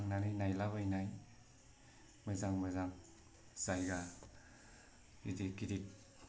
थांनानै नायलाबायनाय मोजां मोजां जायगा गिदिर गिदिर